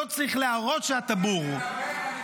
לא צריך להראות שאתה בור.